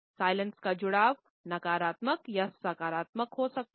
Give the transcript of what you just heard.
silence का जुड़ाव नकारात्मक या सकारात्मक हो सकता है